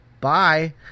bye